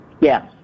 Yes